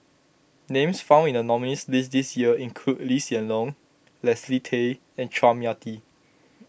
names found in the nominees' list this year include Lee Hsien Loong Leslie Tay and Chua Mia Tee